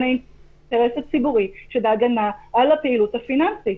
האינטרס הציבורי שבהגנה על הפעילות הפיננסית.